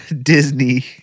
Disney